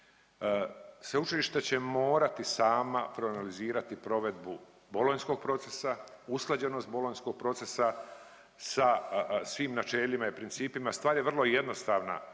Sveučilišta će morati sama proanalizirati provedbu Bolonjskog procesa, usklađenost Bolonjskog procesa sa svim načelima i principima. Stvar je vrlo jednostavna.